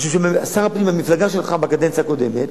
משום ששר הפנים מהמפלגה שלך בקדנציה הקודמת